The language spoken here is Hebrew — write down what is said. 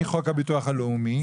מחוק הביטוח הלאומי,